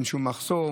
אין שום מחסום.